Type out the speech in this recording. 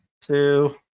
two